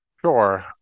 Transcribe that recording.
Sure